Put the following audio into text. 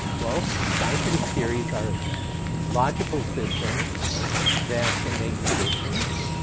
well, scientific theories are logical systems that can make predictions.